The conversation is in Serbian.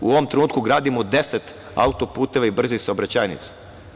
U ovom trenutku gradimo 10 auto-puteva i brzih saobraćajnica.